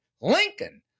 Lincoln